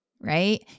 right